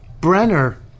Brenner